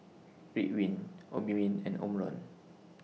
Ridwind Obimin and Omron